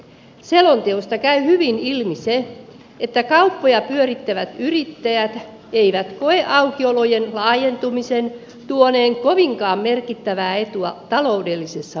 selonteosta käy hyvin ilmi se että kauppoja pyörittävät yrittäjät eivät koe aukiolojen laajentumisen tuoneen kovinkaan merkittävää etua taloudellisessa mielessä